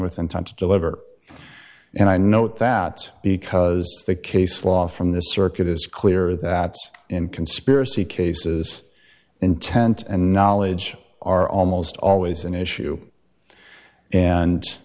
with intent to deliver and i note that because the case law from this circuit is clear that in conspiracy cases intent and knowledge are almost always an issue and